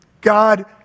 God